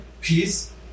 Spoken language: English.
peace